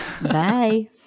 Bye